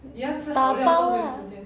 打包 lah